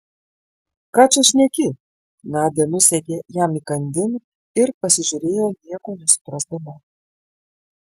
ką čia šneki nadia nusekė jam įkandin ir pasižiūrėjo nieko nesuprasdama